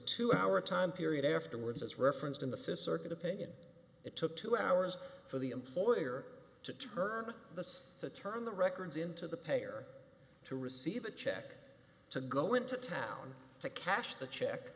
two hour time period afterwards as referenced in the fist circuit opinion it took two hours for the employer to turn to turn the records into the pay or to receive a check to go into town to cash the check